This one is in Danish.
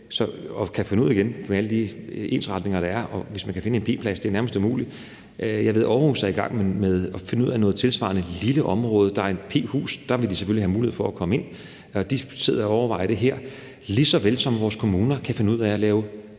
at finde ud igen med alle de ensretninger, der er, og det er nærmest umuligt at finde en p-plads. Jeg ved, at Aarhus er i gang med at finde ud af noget tilsvarende. Der er tale om et lille område. Der er et p-hus, og der vil de selvfølgelig have mulighed for at komme ind. De sidder og overvejer det her, lige såvel som vores kommuner kan finde ud af at lave